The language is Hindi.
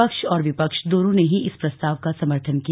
पक्ष और विपक्ष दोनों ने ही इस प्रस्ताव का समर्थन किया